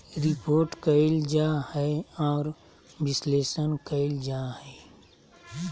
report कइल जा हइ और विश्लेषण कइल जा हइ